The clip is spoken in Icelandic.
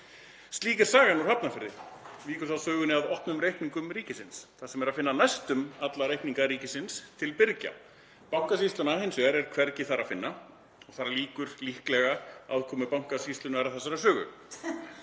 Slík er sagan úr Hafnarfirði. Víkur þá sögunni að opnum reikningum ríkisins þar sem er að finna næstum alla reikninga ríkisins til birgja. Bankasýsluna er hins vegar hvergi þar að finna og þar lýkur líklega aðkomu Bankasýslunnar að þessarar sögu.